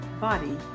body